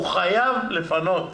הוא חייב לפנות.